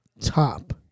Top